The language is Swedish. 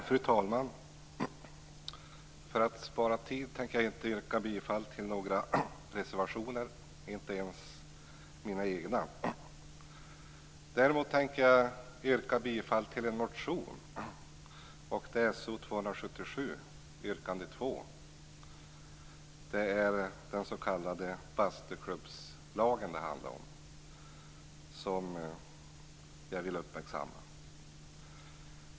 Fru talman! För att spara tid tänker jag inte yrka bifall till några reservationer, inte ens mina egna. Däremot tänker jag yrka bifall till en motion, So277, yrkande 2. Det handlar om den s.k. bastuklubbslagen, som jag här vill uppmärksamma.